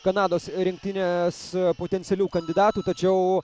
kanados rinktinės potencialių kandidatų tačiau